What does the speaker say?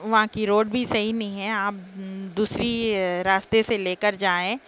وہاں کی روڈ بھی صحیح نہیں ہے آپ دوسری رٖاستے سے لے کر جائیں